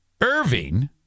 Irving